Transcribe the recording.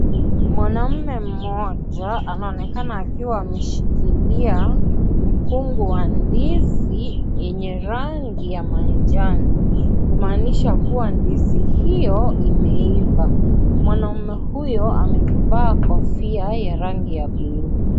Mwaume mmoja, anaonekana akiwa ameshikilia mkungu wa ndizi, yenye rangi ya manjano, kumaanisha kuwa ndizi hiyo imeiva. Mwanaume huyo, amevaa kofia ya rangi ya buluu.